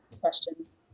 questions